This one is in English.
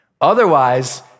Otherwise